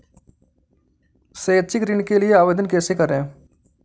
शैक्षिक ऋण के लिए आवेदन कैसे करें?